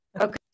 okay